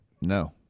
No